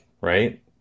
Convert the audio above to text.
right